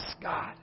God